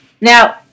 Now